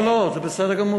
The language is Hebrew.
לא, לא, זה בסדר גמור.